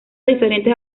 diferentes